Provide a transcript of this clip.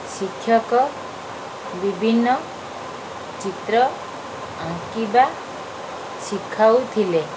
ଶିକ୍ଷକ ବିଭିନ୍ନ ଚିତ୍ର ଆଙ୍କିବା ଶିଖାଉଥିଲେ